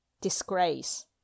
Disgrace